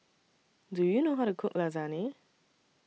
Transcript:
Do YOU know How to Cook Lasagne